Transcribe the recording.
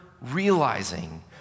realizing